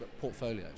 portfolios